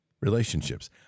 relationships